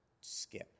skip